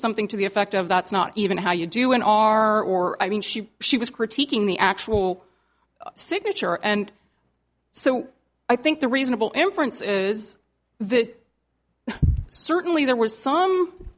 something to the effect of that's not even how you do an r or i mean she she was critiquing the actual signature and so i think the reasonable inference is that certainly there was some